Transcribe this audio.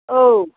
औ